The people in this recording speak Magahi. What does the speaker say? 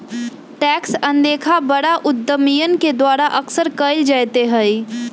टैक्स अनदेखा बड़ा उद्यमियन के द्वारा अक्सर कइल जयते हई